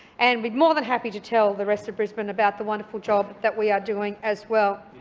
and be more than happy to tell the rest of brisbane about the wonderful job that we are doing as well.